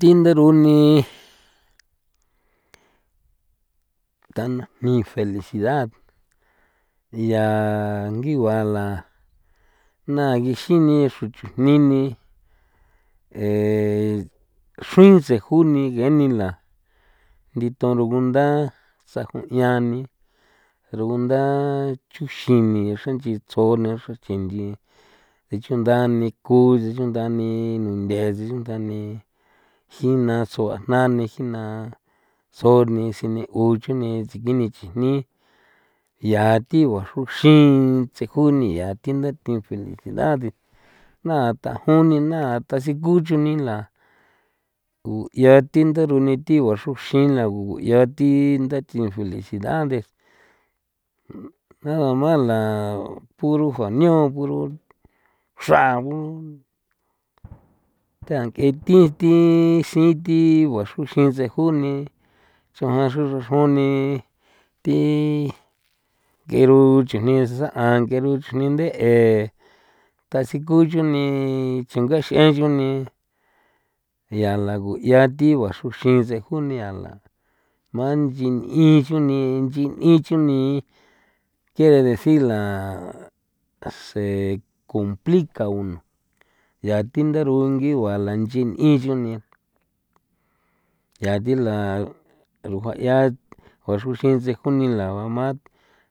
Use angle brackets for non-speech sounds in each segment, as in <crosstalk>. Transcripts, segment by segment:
Thi ndaru ni tana jni felicidad ya ngigua la <noise> na gixin ni xru chujni ni eh xruin tseju ni ge ni la nditno rugunda tsajon iꞌa ni rugunda chuxin ni xran nch'i tsjo ni xra nch'i ngi xichunda ni ku xichunda ni nunthe xichunda ni jina tsjuna ni jina so ni sine o chu ni tsini chijni yaa thi guaxruxin tseju ni ya thi ndathi ni felicidad naa tajon ni na tajon tatsin kucho ni la o 'ia thi ndaruni thi guaxruxin lagu yaa thi ndache ni felicidades nadama la puro jua ñio puro <noise> xragu <noise> tank'e thi thi sin thi guaxroxin tsejune choan xruxra june thi ng'eru chujni saꞌan ng'ero chujni nde'e tasikon chuni tsinga x'en chuni ya lagu 'ia thi guaxruxin tsejon nia la manchi n'in chuni nchi n'in chuni kiere deci la se complica uno ya thi ndaru ngigua la nchi n'in chuni ya thi la rujuaꞌia juaxruxin ntseju ni la, la mamá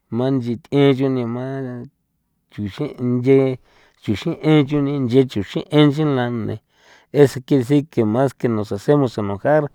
manchi th'ie nchuni man chuxen nche chuxen e chuni nche chuxen' e nche lande eso quiere decir que mas que nos hacemos enojar.